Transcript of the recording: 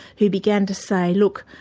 who began to say, look,